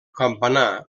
campanar